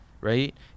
Right